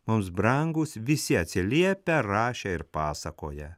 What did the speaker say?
mums brangūs visi atsiliepę rašę ir pasakoję